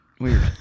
Weird